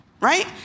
right